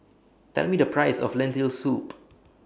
Tell Me The Price of Lentil Soup